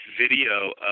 video